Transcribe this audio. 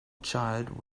child